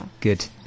good